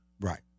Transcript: Right